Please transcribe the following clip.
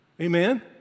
Amen